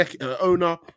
owner